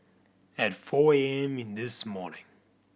at four A M this morning